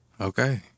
Okay